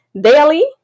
daily